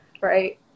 right